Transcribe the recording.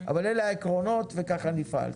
אבל אלה העקרונות וכך נפעל.